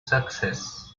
success